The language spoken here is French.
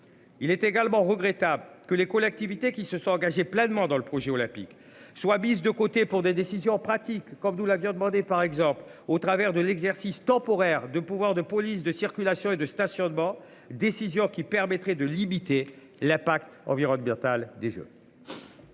Il est également regrettable que les collectivités qui se sont engagés pleinement dans le projet olympique soit mise de côté pour des décisions pratiques comme nous l'avions demandé par exemple au travers de l'exercice temporaire de pouvoir de police de circulation et de stationnement. Décision qui permettrait de limiter la pacte environnemental des Jeux.